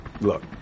Look